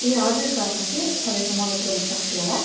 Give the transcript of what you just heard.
ए हजुर सर म के तपाईँको मद्दत गर्न सक्छु होला